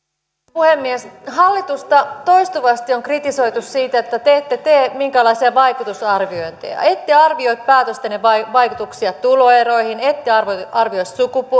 puhemies hallitusta on toistuvasti kritisoitu siitä että te ette tee minkäänlaisia vaikutusarviointeja ette arvioi päätöstenne vaikutuksia tuloeroihin ette arvioi arvioi